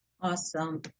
Awesome